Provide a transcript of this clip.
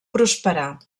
prosperar